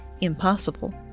impossible